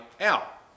out